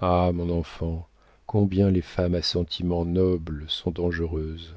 ah mon enfant combien les femmes à sentiments nobles sont dangereuses